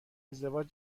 ازدواج